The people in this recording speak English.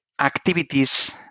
activities